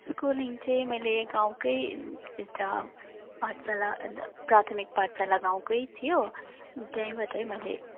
schooling चाहिँ मैले गाउँकै एउटा पाठशाला प्राथमिक पाठशाला गाउँकै थियो त्यहीँबाटै मैले